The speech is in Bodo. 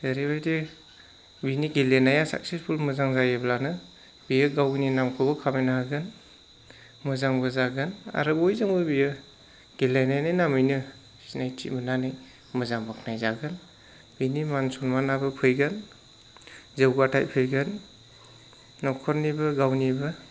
एरैबायदि बिनि गेलेनाया साक्सेसफुल मोजां जायोब्लानो बियो गावनि नामखौबो खामायनो हागोन मोजांबो जागोन आरो बयजोंबो बियो गेलेनायनि नामैनो सिनायथि मोननानै मोजां बाख्नायजागोन बिनि मान सनमानाबो फैगोन जौगाथाय फैगोन न'खरनिबो गावनिबो